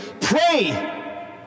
pray